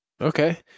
okay